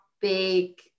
big